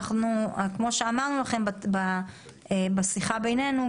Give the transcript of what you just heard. כמו שאמרנו לכם בשיחה בינינו,